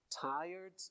Tired